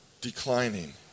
declining